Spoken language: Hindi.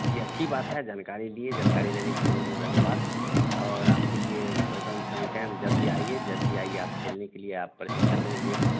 जी अच्छी बात है जानकारी लिए जानकारी लेने के लिए बहुत बहुत धन्यवाद और आपके लिए एकदम एनी टाइम जब भी आइए जब भी आइए आप खेलने के लिए आप प्रशिक्षण लेंगे